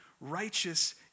righteous